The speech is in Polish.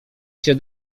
się